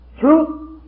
Truth